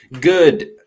Good